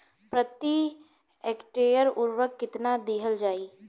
प्रति हेक्टेयर उर्वरक केतना दिहल जाई?